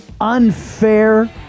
unfair